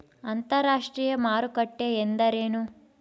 ಅಂತರಾಷ್ಟ್ರೇಯ ಮಾರುಕಟ್ಟೆ ಎಂದರೇನು?